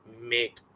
make